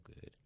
good